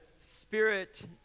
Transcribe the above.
Spirit